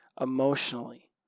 emotionally